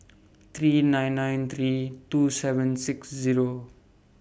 three nine nine three two seven six Zero